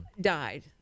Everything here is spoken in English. died